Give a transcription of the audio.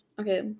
Okay